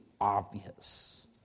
obvious